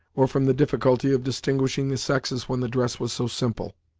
or from the difficulty of distinguishing the sexes when the dress was so simple.